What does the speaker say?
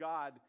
God